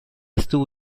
estuvo